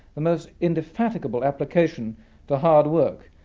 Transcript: the most indefatigable application to hard work,